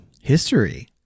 History